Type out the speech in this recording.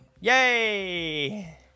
Yay